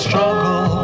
Struggle